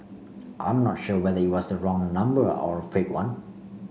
I'm not sure whether it was the wrong number or fake one